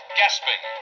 gasping